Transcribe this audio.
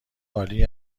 عالی